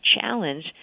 challenge